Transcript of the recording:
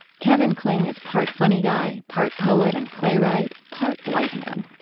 kevin kling is part funny guy, part poet and playwright, part wise man.